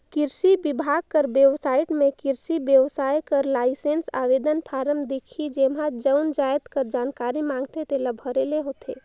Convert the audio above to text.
किरसी बिभाग कर बेबसाइट में किरसी बेवसाय बर लाइसेंस आवेदन फारम दिखही जेम्हां जउन जाएत कर जानकारी मांगथे तेला भरे ले होथे